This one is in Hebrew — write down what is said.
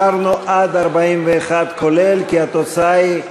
אישרנו עד 41, כולל, כי התוצאה היא: